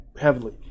heavily